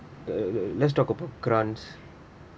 uh let's talk about grants